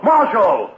Marshal